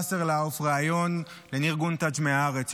ריאיון לניר גונטז' מהארץ,